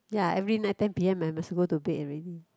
ya every night ten P_M I must go to bed already